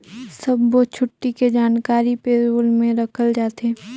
सब्बो छुट्टी के जानकारी पे रोल में रखल जाथे